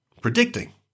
predicting